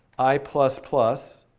i plus plus.